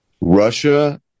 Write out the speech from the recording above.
Russia